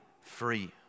free